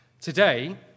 Today